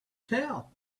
tell